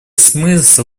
смысл